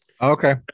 Okay